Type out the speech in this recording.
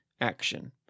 action